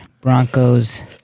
Broncos